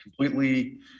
completely